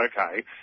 okay